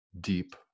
deep